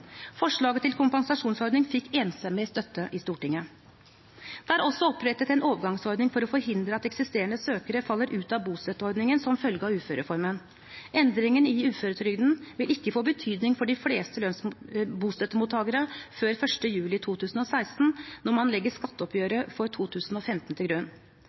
Forslaget til kompensasjonsordning fikk enstemmig støtte i Stortinget. Det er også opprettet en overgangsordning for å forhindre at eksisterende søkere faller ut av bostøtteordningen som følge av uførereformen. Endringen i uføretrygden vil ikke få betydning for de fleste bostøttemottakere før 1. juli 2016, når man legger skatteoppgjøret for 2015 til grunn.